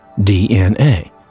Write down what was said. DNA